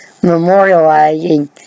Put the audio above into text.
memorializing